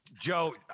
Joe